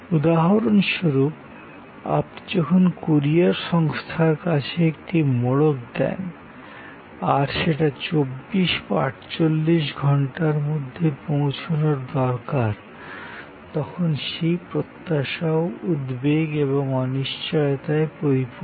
উদাহরণ স্বরূপ আপনি যখন কুরিয়ার সংস্থার কাছে একটি মোড়ক দেন আর সেটা ২৪ বা ৪৮ ঘন্টার মধ্যে পৌঁছনোর দরকার তখন সেই প্রত্যাশাও উদ্বেগ এবং অনিশ্চয়তায় পরিপূর্ণ